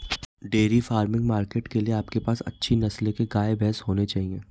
dairy farming market के लिए आपके पास अच्छी नस्ल के गाय, भैंस होने चाहिए